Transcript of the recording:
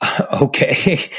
okay